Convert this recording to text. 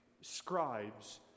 scribes